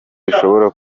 dushobora